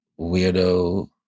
weirdo